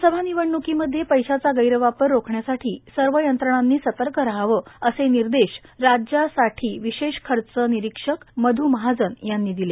विधानसभा निवडण्कीमध्ये पैशाचा गैरवापर रोखण्यासाठी सर्व यंत्रणांनी सतर्क रहावे असे निर्देश राज्यासाठीच्या विशेष खर्च निरीक्षक मधू महाजन यांनी आज दिले